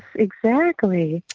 exactly.